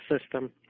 system